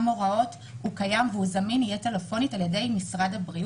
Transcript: הוראות קיים והוא זמין טלפונית על ידי משרד הבריאות,